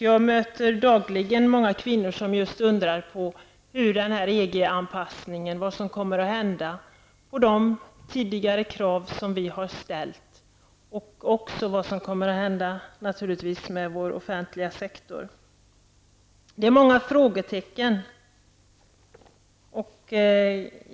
Jag möter dagligen kvinnor som undrar hur EG anpassningen kommer att påverka deras situation, vad som kommer att hända med de tidigare krav som vi har ställt och vad som kommer att hända med vår offentliga sektor. Det är många frågetecken.